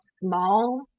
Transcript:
small